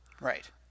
Right